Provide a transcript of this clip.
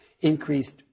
increased